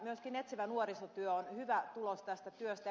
myöskin etsivä nuorisotyö on hyvä tulos tästä työstä